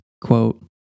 quote